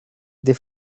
the